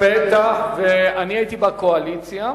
ואני הייתי בקואליציה,